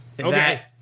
Okay